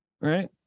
right